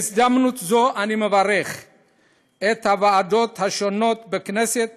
בהזדמנות זו, אני מברך את הוועדות השונות בכנסת